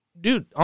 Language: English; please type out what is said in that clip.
dude